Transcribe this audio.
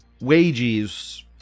wages